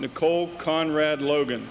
nicole conrad logan